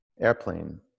Airplane